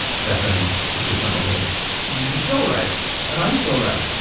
stefan what's your final vote you're still right and i'm still right.